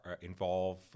involve